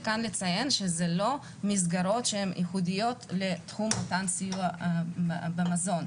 לציין כאן שזה לא מסגרות שהן ייחודיות לתחום סיוע במזון.